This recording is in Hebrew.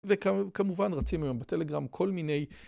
וכמובן רצים היום בטלגראם כל מיני...